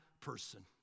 person